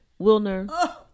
Wilner